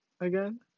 again